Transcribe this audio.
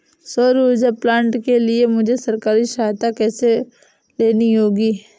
सौर ऊर्जा प्लांट के लिए मुझे सरकारी सहायता कैसे लेनी होगी?